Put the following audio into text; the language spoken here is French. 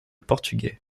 portugais